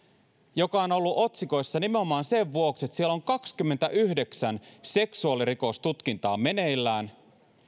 joka on on ollut otsikoissa nimenomaan sen vuoksi että siellä on kaksikymmentäyhdeksän seksuaalirikostutkintaa meneillään